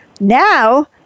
Now